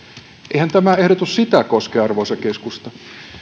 eihän tämä ehdotus sitä koske arvoisa keskusta vaan